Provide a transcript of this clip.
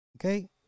Okay